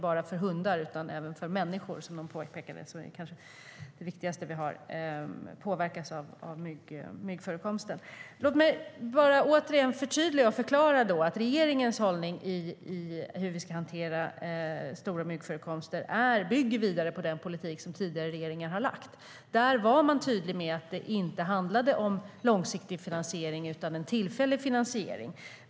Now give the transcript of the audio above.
Det är uppenbarligen inte bara hundar som påverkas av myggförekomsten utan även människor, vilka påpekades som viktigast. Låt mig återigen förtydliga och förklara att regeringens hållning när det gäller hur vi ska hantera stora myggförekomster bygger vidare på tidigare regeringars politik. Man var tydlig med att det inte handlade om långsiktig finansiering utan en tillfällig finansiering.